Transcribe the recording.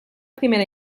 primera